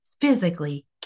physically